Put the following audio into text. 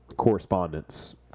correspondence